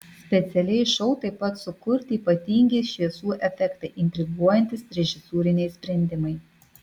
specialiai šou taip pat sukurti ypatingi šviesų efektai intriguojantys režisūriniai sprendimai